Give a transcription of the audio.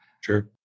Sure